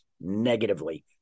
negatively